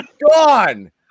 gone